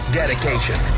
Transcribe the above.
dedication